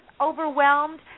overwhelmed